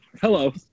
Hello